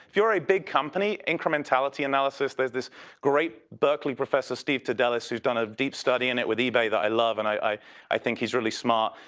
if your a big company incrementality analysis there's this great berkeley professor steve tedelis whose done a deep study in it with ebay that i love and i i think he's really smart.